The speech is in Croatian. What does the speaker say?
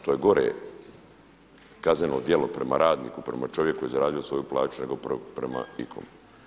To je gore kazneno djelo prema radniku prema čovjeku koji je zaradio svoju plaću nego prema ikom.